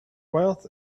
wealth